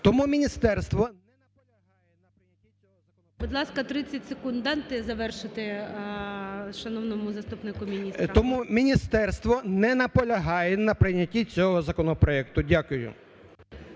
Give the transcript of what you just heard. Тому міністерство не наполягає на прийнятті цього законопроекту. Дякую.